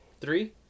Three